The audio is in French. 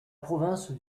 province